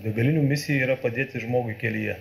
degalinių misija yra padėti žmogui kelyje